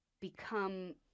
become